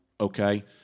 okay